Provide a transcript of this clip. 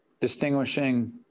distinguishing